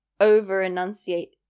over-enunciate